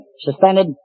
Suspended